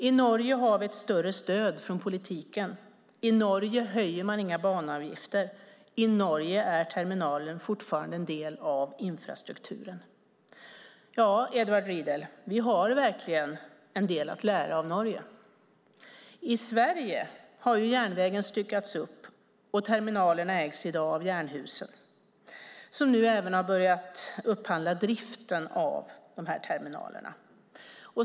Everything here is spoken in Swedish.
I Norge har vi ett större stöd från politiken. I Norge höjer man inga banavgifter. I Norge är terminalen fortfarande en del av infrastrukturen. Ja, Edward Riedl, vi har verkligen en del att lära av Norge. I Sverige har järnvägen styckats upp, och terminalerna ägs i dag av Jernhusen som nu även har börjat upphandla driften av de här terminalerna.